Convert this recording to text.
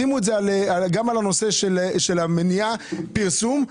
שימו את זה גם על הנושא של המניעה ועל פרסום.